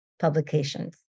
publications